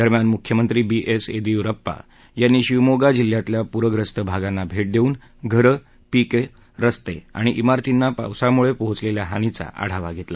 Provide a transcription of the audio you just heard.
दरम्यान मुख्यमंत्री B S Yediyurappa यांनी शिवमोग्गा जिल्ह्यातल्या पुस्रस्त भागांना भेट देऊन घरं पीकं रस्ते आणि मिरतींना पावसामुळे पोचलेल्या हानीचा आढावा घेतला